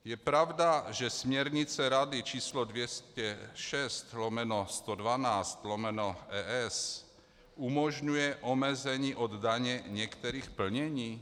Je pravda, že směrnice Rady č. 206/112/ES umožňuje omezení od daně některých plnění?